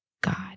God